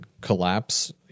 collapse